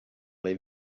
les